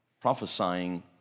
prophesying